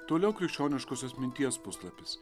toliau krikščioniškosios minties puslapis